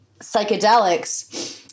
psychedelics